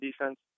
defense